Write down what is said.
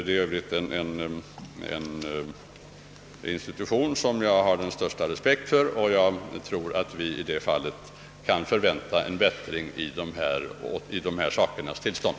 Den är en institution som jag har den största respekt för, och jag tror att vi kan förvänta en bättring i sakernas tillstånd.